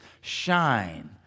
shine